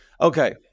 Okay